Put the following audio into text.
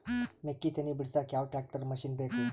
ಮೆಕ್ಕಿ ತನಿ ಬಿಡಸಕ್ ಯಾವ ಟ್ರ್ಯಾಕ್ಟರ್ ಮಶಿನ ಬೇಕು?